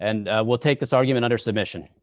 and i will take this argument or submission